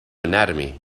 anatomy